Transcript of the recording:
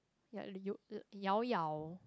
ya the yo llao-llao